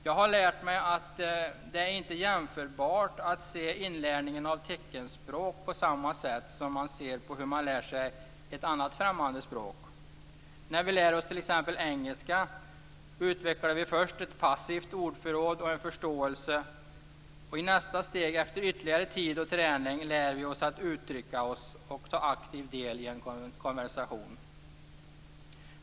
Jag har lärt mig att synen på inlärning av teckenspråk inte är jämförbar med synen på inlärning av ett annat främmande språk. När vi lär oss t.ex. engelska utvecklar vi först ett passivt ordförråd och en förståelse. I nästa steg, efter ytterligare tid och träning, lär vi oss att uttrycka oss och ta aktiv del i en konversation.